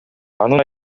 анын